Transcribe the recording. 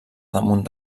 damunt